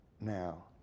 now